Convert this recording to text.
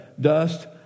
dust